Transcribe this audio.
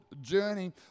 journey